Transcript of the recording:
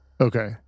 Okay